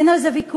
אין על זה ויכוח,